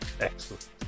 Excellent